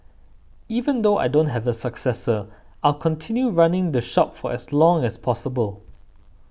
even though I don't have a successor I'll continue running the shop for as long as possible